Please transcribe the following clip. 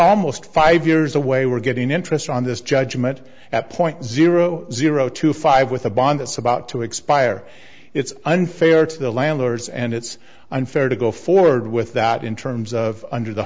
almost five years away we're getting interest on this judgement at point zero zero two five with a bond that's about to expire it's unfair to the landlords and it's unfair to go forward with that in terms of under the